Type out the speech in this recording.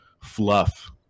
fluff